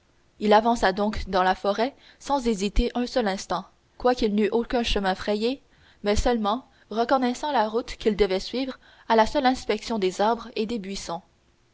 il avança donc dans la forêt sans hésiter un seul instant quoiqu'il n'y eût aucun chemin frayé mais seulement reconnaissant la route qu'il devait suivre à la seule inspection des arbres et des buissons